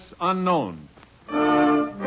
Unknown